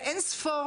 לאין ספור